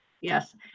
Yes